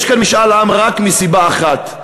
יש כאן משאל עם רק מסיבה אחת,